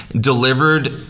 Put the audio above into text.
delivered